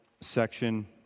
section